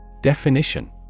Definition